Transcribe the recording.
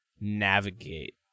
navigate